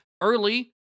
early